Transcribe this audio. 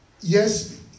yes